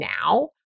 now